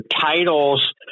titles